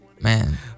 man